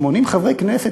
80 חברי כנסת,